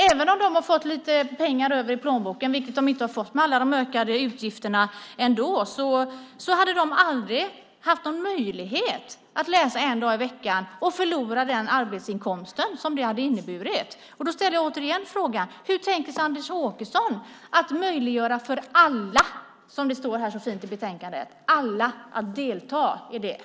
Även om de skulle ha fått lite pengar över i plånboken - vilket de ändå inte har fått med alla de ökade utgifterna - hade de aldrig haft någon möjlighet att läsa en dag i veckan och förlora den arbetsinkomst som det hade inneburit. Jag ställer återigen frågan: Hur tänker sig Anders Åkesson att möjliggöra för alla , som det står så fint i betänkandet, att delta i folkbildningen?